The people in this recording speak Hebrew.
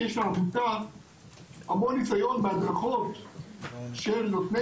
כי יש לעמותה המון ניסיון בהדרכות של נותני